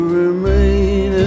remain